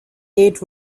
eight